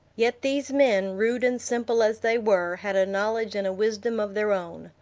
yet these men, rude and simple as they were, had a knowledge and a wisdom of their own.